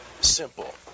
simple